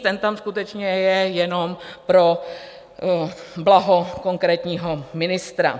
Ten tam skutečně je jenom pro blaho konkrétního ministra.